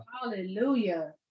Hallelujah